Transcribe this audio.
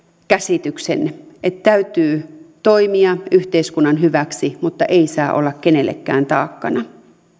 käsityksen että täytyy toimia yhteiskunnan hyväksi mutta ei saa olla kenellekään taakkana